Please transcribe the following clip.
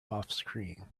offscreen